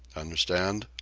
understand?